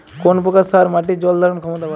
কোন প্রকার সার মাটির জল ধারণ ক্ষমতা বাড়ায়?